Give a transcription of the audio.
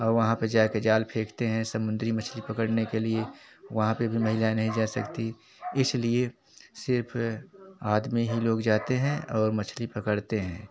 और वहाँ पर जाकर जाल फेंकते हैं समुद्री मछली पकड़ने के लिए वहाँ पर भी महिलाएँ नहीं जा सकती है इसलिए सिर्फ आदमी ही लोग जाते हैं और मछली पकड़ते हैं